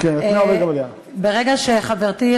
ברגע שחברתי,